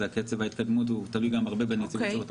קצב ההתקדמות תלוי גם מאוד בנציבות שירות המדינה.